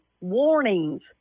warnings